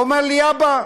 והוא אומר לי: אבא,